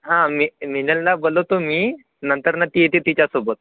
हां मी मिनलला बोलवतो मी नंतर न ती येते तिच्यासोबत